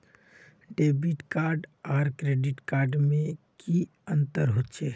Debit card आर credit card में की अंतर होचे?